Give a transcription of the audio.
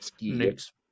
Next